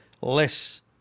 less